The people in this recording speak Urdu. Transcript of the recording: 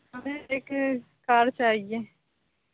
ہمیں ایک کار چاہیے